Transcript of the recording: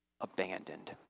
abandoned